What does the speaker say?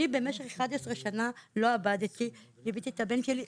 במשך 11 שנים אני לא עבדתי וליוויתי את הבן שלי.